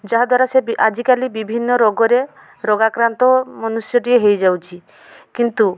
ଯାହାଦ୍ଵାରା ସେ ବି ଆଜିକାଲି ବିଭିନ୍ନ ରୋଗରେ ରୋଗାକ୍ରାନ୍ତ ମନୁଷ୍ୟଟିଏ ହେଇଯାଉଛି କିନ୍ତୁ